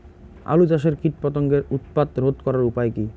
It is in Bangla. আলু চাষের কীটপতঙ্গের উৎপাত রোধ করার উপায় কী?